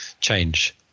change